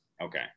Okay